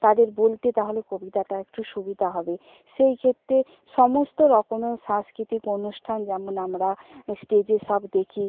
তাদের বলতে তাহলে কবিতাটা একটু সুবিধা হবে সেই ক্ষেত্রে সমস্ত রকমের সাংস্কৃতিক অনুষ্ঠান যেমন আমরা স্টেজে সব দেখি